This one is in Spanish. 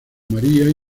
maría